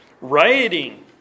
Rioting